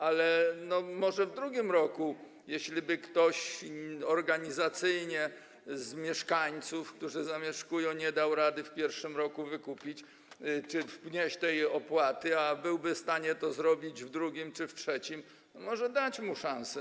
Ale w drugim roku, jeśliby organizacyjnie ktoś z mieszkańców, którzy tam zamieszkują, nie dał rady w pierwszym roku tego wykupić czy wnieść tej opłaty, a byłby w stanie to zrobić w drugim czy w trzecim roku, może dać mu szansę?